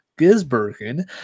Gisbergen